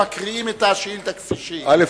אנחנו מקיימים את הסעיף הראשון בסדר-היום,